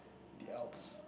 the alps